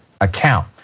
account